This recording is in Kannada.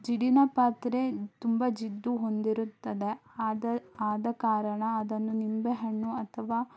ಜಿಡ್ಡಿನ ಪಾತ್ರೆ ತುಂಬ ಜಿಡ್ಡು ಹೊಂದಿರುತ್ತದೆ ಆದ ಆದ ಕಾರಣ ಅದನ್ನು ನಿಂಬೆಹಣ್ಣು ಅಥವಾ